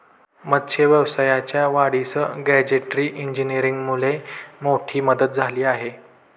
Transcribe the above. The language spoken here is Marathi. मत्स्य व्यवसायाच्या वाढीस गॅजेटरी इंजिनीअरिंगमुळे मोठी मदत झाली आहे